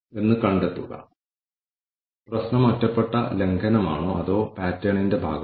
അല്ലെങ്കിൽ നല്ല നിലവാരമുള്ള യന്ത്രസാമഗ്രികളിൽ നിക്ഷേപിക്കാൻ സ്ഥാപനത്തിന് പണമില്ല